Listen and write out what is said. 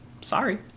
Sorry